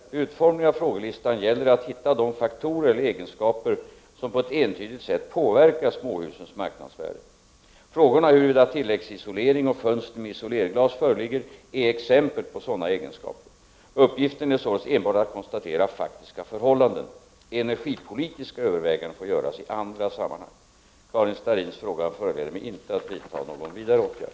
Vid utformningen av frågelistan gäller det att hitta de faktorer eller egenskaper som på ett entydigt sätt påverkar småhusens marknadsvärde. Frågorna huruvida tilläggsisolering och fönster med isolerglas föreligger är exempel på sådana egenskaper. Uppgiften är således enbart att konstatera faktiska förhållanden. Energipolitiska överväganden får göras i andra sammanhang. Karin Starrins fråga föranleder mig inte att vidta någon vidare åtgärd.